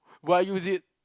would I use it